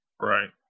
right